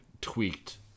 tweaked